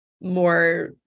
more